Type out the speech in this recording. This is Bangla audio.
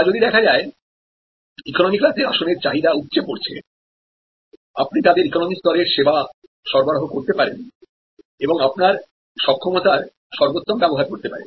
বা যদিদেখা যায় ইকোনমি ক্লাসের আসনের চাহিদা উপচে পড়েছে আপনি তাদের ইকোনমি স্তরের পরিষেবা সরবরাহ করতে পারেন এবং আপনার সক্ষমতার সর্বোত্তম ব্যবহার করতে পারবেন